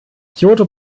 kyoto